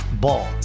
Ball